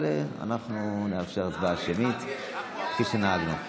אבל אנחנו נאפשר הצבעה שמית כפי שנהגנו.